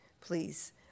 please